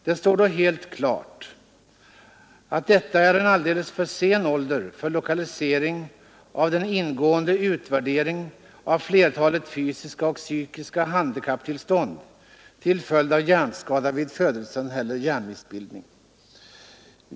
Det står då helt klart att fyra år är en alldeles för sen ålder för lokalisering och utvärdering av flertalet fysiska och psykiska handikapptillstånd till följd av hjärnskada vid födelsen eller hjärnmissbildning.